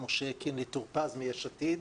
משה קינלי טור פז מיש עתיד.